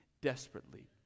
desperately